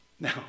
Now